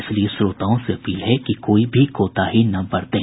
इसलिए श्रोताओं से अपील है कि कोई भी कोताही न बरतें